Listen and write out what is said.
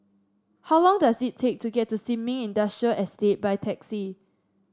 how long does it take to get to Sin Ming Industrial Estate by taxi